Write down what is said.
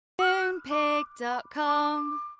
Moonpig.com